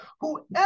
whoever